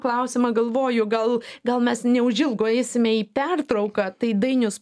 klausimą galvoju gal gal mes neužilgo eisime į pertrauką tai dainius